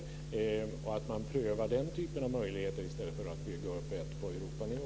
Skulle man kunna pröva den typen av möjligheter i stället för att bygga upp ett på Europanivå?